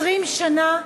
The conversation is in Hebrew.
20 שנה,